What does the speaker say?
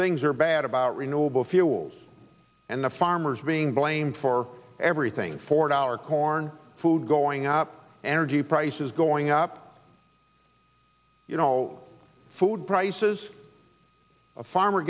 things are bad about renewable fuels and the farmers being blamed for everything for our corn food going up energy prices going up you know food prices a farmer